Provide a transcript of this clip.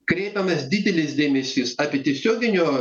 kreipiamas didelis dėmesys apie tiesioginio